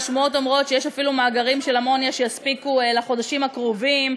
השמועות אומרות שיש אפילו מאגרים של אמוניה שיספיקו לחודשים הקרובים,